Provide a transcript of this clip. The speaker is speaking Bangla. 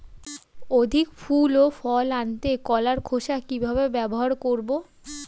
অধিক ফুল ও ফল আনতে কলার খোসা কিভাবে ব্যবহার করব?